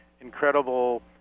incredible